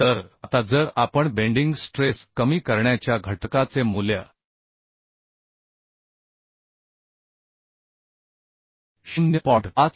तर आता जर आपण बेंडिंग स्ट्रेस कमी करण्याच्या घटकाचे मूल्य 0